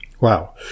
Wow